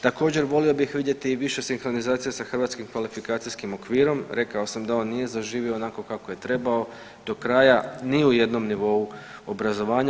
Također volio bih vidjeti i više sinkronizacije sa Hrvatskim kvalifikacijskim okvirom, rekao sam da on niže zaživo onako kako je trebao do kraja ni u jednom nivou obrazovanja.